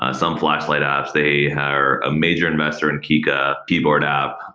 ah some flashlight apps. they are a major investor in kika keyboard app.